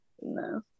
No